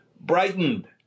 brightened